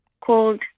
called